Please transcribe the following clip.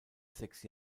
sechs